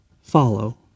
follow